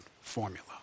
formula